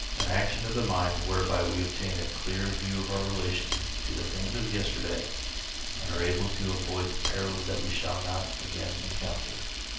an action of the mind whereby we obtain a clearer view of our relation to the things of yesterday and are able to avoid the perils that we shall not again encounter.